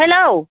hello